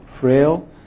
frail